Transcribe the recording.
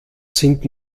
sind